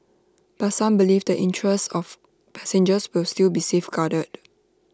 but some believe the interests of passengers will still be safeguarded